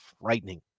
frightening